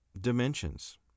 dimensions